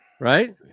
Right